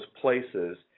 places